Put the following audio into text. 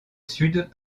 sud